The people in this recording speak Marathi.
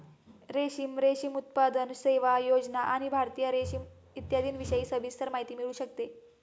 रेशीम, रेशीम उत्पादन, सेवा, योजना आणि भारतीय रेशीम इत्यादींविषयी सविस्तर माहिती मिळू शकते